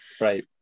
right